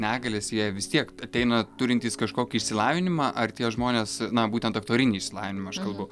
negalias jie vis tiek ateina turintys kažkokį išsilavinimą ar tie žmonės na būtent aktorinį išsilavinimą aš kalbu